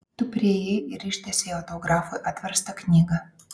tu priėjai ir ištiesei autografui atverstą knygą